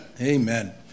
Amen